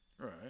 Right